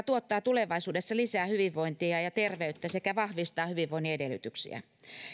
tuottaa tulevaisuudessa lisää hyvinvointia ja ja terveyttä sekä vahvistaa hyvinvoinnin edellytyksiä